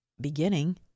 beginning